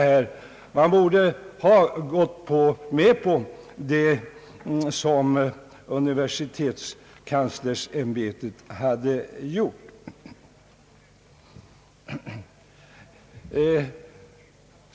Han borde ha gått med på <:universitetskanslersämbetets förslag.